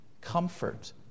Comfort